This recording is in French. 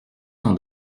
son